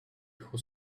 who